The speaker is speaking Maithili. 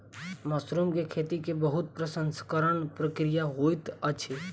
मशरूम के खेती के बहुत प्रसंस्करण प्रक्रिया होइत अछि